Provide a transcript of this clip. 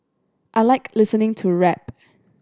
I like listening to rap